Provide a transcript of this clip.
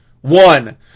One